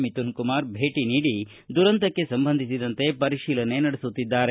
ಮಿಥುನ್ ಕುಮಾರ್ ಸ್ಥಳಕ್ಷೆ ಭೇಟಿ ನೀಡಿ ದುರಂತಕ್ಷೆ ಸಂಬಂಧಿಸಿದಂತೆ ಪರಿಶೀಲನೆ ನಡೆಸುತ್ತಿದ್ದಾರೆ